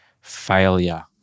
failure